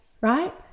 right